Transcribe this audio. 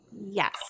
Yes